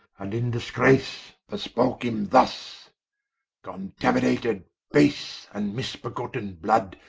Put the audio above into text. and in disgrace bespoke him thus contaminated, base, and mis-begotten blood,